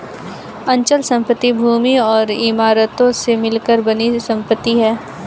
अचल संपत्ति भूमि और इमारतों से मिलकर बनी संपत्ति है